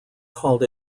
called